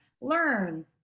Learn